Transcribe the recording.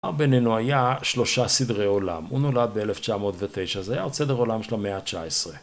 אמר בינינו היה שלושה סדרי עולם. הוא נולד ב-1909, אז היה עוד סדר עולם של המאה ה-19.